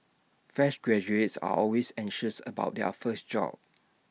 fresh graduates are always anxious about their first job